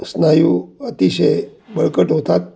स्नायू अतिशय बळकट होतात